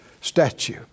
statue